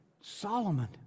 Solomon